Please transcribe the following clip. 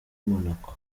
monaco